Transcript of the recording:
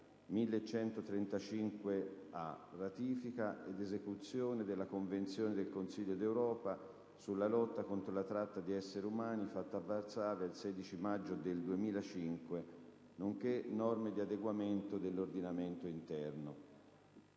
***Ratifica ed esecuzione della Convenzione del Consiglio d'Europa sulla lotta contro la tratta di esseri umani, fatta a Varsavia il 16 maggio 2005, nonché norme di adeguamento dell'ordinamento interno***